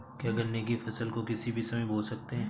क्या गन्ने की फसल को किसी भी समय बो सकते हैं?